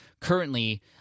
currently